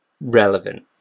relevant